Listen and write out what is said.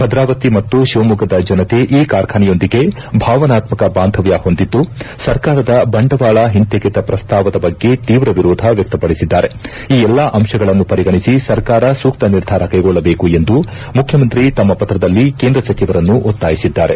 ಭದ್ರಾವತಿ ಮತ್ತು ಶಿವಮೊಗ್ಗದ ಜನತೆ ಈ ಕಾರ್ಖಾನೆಯೊಂದಿಗೆ ಭಾವನಾತಕ್ಕ ಬಾಂಧವ್ಯ ಹೊಂದಿದ್ದು ಸರ್ಕಾರದ ಬಂಡವಾಳ ಹಿಂತೆಗೆತ ಪ್ರಸ್ತಾವದ ಬಗ್ಗೆ ತೀವ್ರ ವಿರೋಧ ವ್ಯಕ್ತಪಡಿಸಿದ್ದಾರೆ ಈ ಎಲ್ಲಾ ಅಂಶಗಳನ್ನು ಪರಿಗಣಿಸಿ ಸರ್ಕಾರ ಸೂಕ್ತ ನಿರ್ಧಾರ ಕೈಗೊಳ್ಳಬೇಕು ಎಂದು ಮುಖ್ಯಮಂತ್ರಿ ತಮ್ನ ಪತ್ರದಲ್ಲಿ ಕೇಂದ್ರ ಸಚಿವರನ್ನು ಒತ್ತಾಯಿಸಿದ್ದಾರೆ